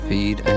Feed